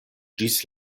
ĝis